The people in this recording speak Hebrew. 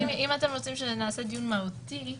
שנעשה דיון מהותי-